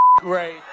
great